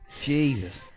Jesus